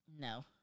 No